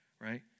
right